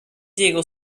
diego